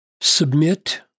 submit